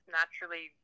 naturally